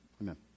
Amen